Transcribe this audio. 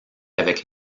avec